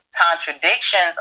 contradictions